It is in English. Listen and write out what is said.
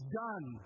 done